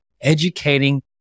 educating